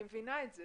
אני מבינה את זה.